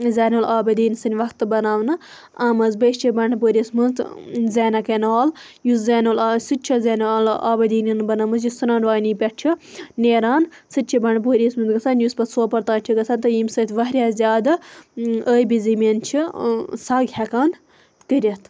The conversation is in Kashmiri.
زینُ العابِدیٖن سٕنٛدِ وَقتہٕ بَناونہٕ آمٕژ بیٚیہِ چھِ بَنڈپوٗرِس مَنٛز زینا کینال یُس زینُل سُہ تہِ چھُ زینُ العابِدیٖنَن بَنٲمٕژ یُس سُنروانی پیٹھ چھِ نیران سُہ تہِ چھِ بَنڈپوٗرِس مَنٛز گژھان یُس پَتہٕ سوپور تانۍ چھ گَژھان تہٕ ییٚمہِ سۭتۍ واریاہ زیادٕ ٲبی زٔمیٖن چھِ سگ ہیٚکان کٔرِتھ